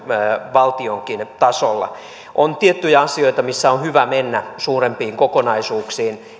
valtionkin tasolla on tiettyjä asioita missä on hyvä mennä suurempiin kokonaisuuksiin